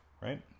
Right